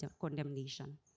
condemnation